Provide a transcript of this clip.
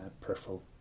peripheral